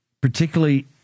particularly